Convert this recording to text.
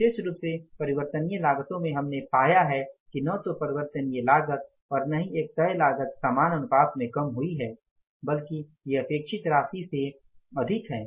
विशेष रूप से परिवर्तनीय लागतों में हमने पाया है कि न तो परिवर्तनीय लागत और न ही एक तय लागत समान अनुपात में कम हुई है बल्कि ये अपेक्षित राशि से अधिक है